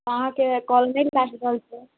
आहाँकेँ कॉल नहि लागि रहल छलैया